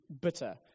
bitter